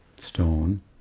stone